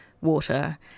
water